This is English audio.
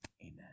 amen